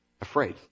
afraid